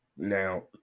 Now